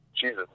Jesus